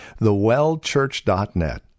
thewellchurch.net